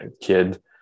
kid